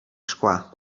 szkła